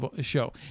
show